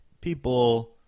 people